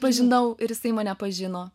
pažinau ir jisai mane pažino